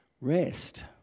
Rest